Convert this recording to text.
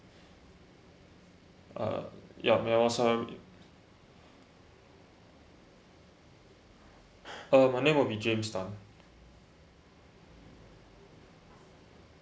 uh yup uh there was some uh my name will be james tan